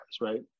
Right